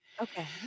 okay